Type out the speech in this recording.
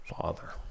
Father